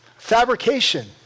Fabrication